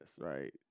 right